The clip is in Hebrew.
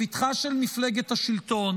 לפתחה של מפלגת השלטון.